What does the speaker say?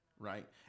Right